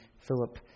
Philip